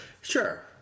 Sure